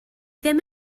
ddim